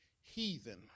Heathen